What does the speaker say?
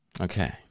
okay